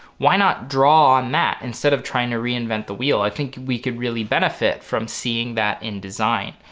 why not draw on that instead of trying to reinvent the wheel? i think we could really benefit from seeing that in design.